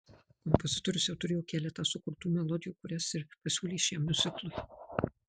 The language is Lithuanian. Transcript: kompozitorius jau turėjo keletą sukurtų melodijų kurias ir pasiūlė šiam miuziklui